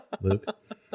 Luke